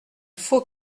faut